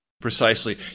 Precisely